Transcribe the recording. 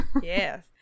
yes